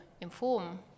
inform